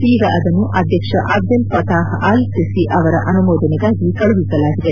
ಈಗ ಅದನ್ನು ಅಧ್ಯಕ್ಷ ಅಬ್ದೆಲ್ ಫತಾಹ್ ಅಲ್ ಸಿಸಿ ಅವರ ಅನುಮೋದನೆಗಾಗಿ ಕಳುಹಿಸಲಾಗಿದೆ